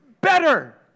better